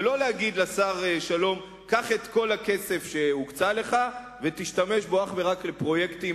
ולא להגיד לשר שלום: קח את כל הכסף שהוקצה לך ותשתמש בו אך ורק לפרויקטים